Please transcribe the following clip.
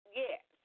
yes